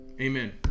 Amen